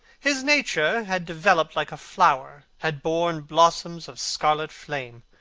his nature had developed like a flower, had borne blossoms of scarlet flame.